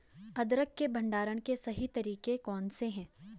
अदरक के भंडारण के सही तरीके कौन से हैं?